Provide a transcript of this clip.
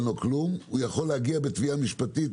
יכול להגיע בתביעה משפטית,